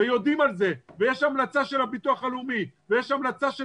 ויודעים על זה ויש המלצה של הביטוח הלאומי ויש המלצה של